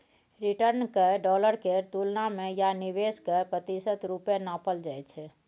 return केँ dollar केर तुलना मे या निबेश केर प्रतिशत रुपे नापल जाइ छै